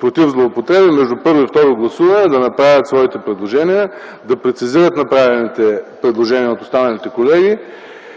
против злоупотреби, между първо и второ гласуване да направят своите предложения и да прецизират направените предложения от останалите колеги.